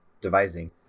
devising